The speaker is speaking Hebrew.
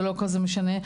זה לא כזה משנה,